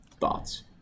Thoughts